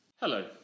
hello